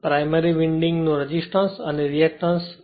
primary winding નો resistance અને reactance 1